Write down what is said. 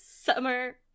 summer